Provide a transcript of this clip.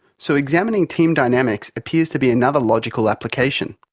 so examining team dynamics appears to be another logical application.